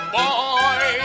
boy